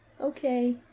okay